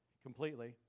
Completely